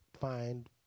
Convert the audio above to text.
find